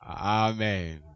Amen